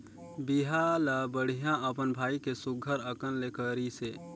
बिहा ल बड़िहा अपन भाई के सुग्घर अकन ले करिसे